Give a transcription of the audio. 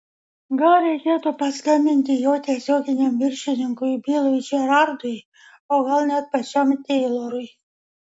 gal reikėtų paskambinti jo tiesioginiam viršininkui bilui džerardui o gal net pačiam teilorui